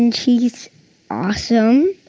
and she's awesome.